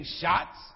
shots